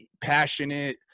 passionate